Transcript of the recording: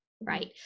Right